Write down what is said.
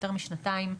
יותר משנתיים,